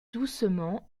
doucement